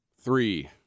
three